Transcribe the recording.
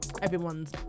everyone's